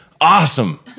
awesome